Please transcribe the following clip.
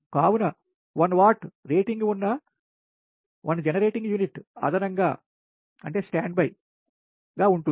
కావున 1 watt rating ఉన్న 1 generating unit అదనంగా ఉంటుంది